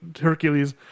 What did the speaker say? Hercules